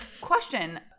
Question